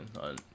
on